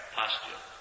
posture